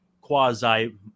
quasi –